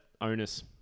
onus